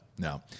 No